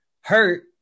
hurt